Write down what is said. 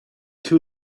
two